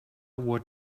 were